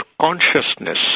consciousness